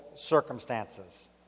circumstances